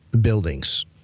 buildings